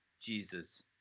Jesus